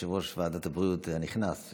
כיושב-ראש ועדת הבריאות הנכנס,